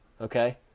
okay